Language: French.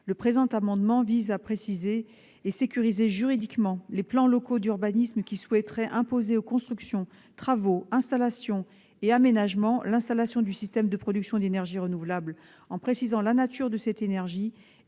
Le présent amendement vise à préciser et à sécuriser juridiquement les plans locaux d'urbanisme qui souhaiteraient imposer aux constructions, travaux, installations et aménagements la mise en place d'un système de production d'énergie renouvelable en précisant la nature de cette énergie et